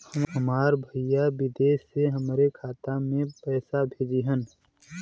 हमार भईया विदेश से हमारे खाता में पैसा कैसे भेजिह्न्न?